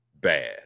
bad